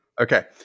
Okay